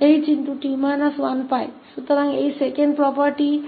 तो इस दूसरी